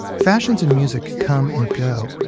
fashions in music come and go.